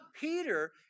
Peter